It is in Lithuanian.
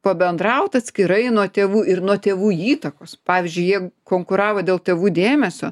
pabendraut atskirai nuo tėvų ir nuo tėvų įtakos pavyzdžiui jie konkuravo dėl tėvų dėmesio